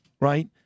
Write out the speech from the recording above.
right